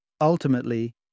Ultimately